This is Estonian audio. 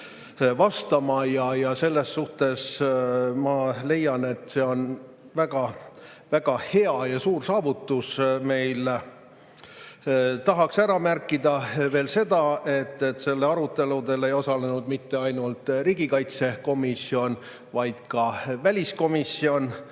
vastama. Selles suhtes ma leian, et see on meil väga-väga hea ja suur saavutus. Tahaks ära märkida veel seda, et selle aruteludel ei osalenud mitte ainult riigikaitsekomisjon, vaid ka väliskomisjon.